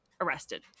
arrested